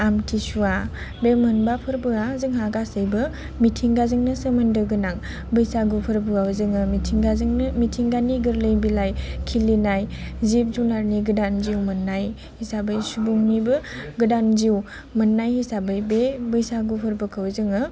आमथिसुवा बे मोनबा फोरबोआ जोंहा गासैबो मिथिंगाजोंनो सोमोन्दो गोनां बैसागो फोरबोआव जोङो मिथिंगाजोंनो मिथिंगानि गोरलै बिलाइ खिलिनाय जिब जुनादनि गोदान जिउ मोन्नाय हिसाबै सुबुंनिबो गोदान जिउ मोननाय हिसाबै बे बैसागु फोरबोखौ जोङो